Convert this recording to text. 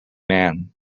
man